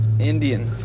Indian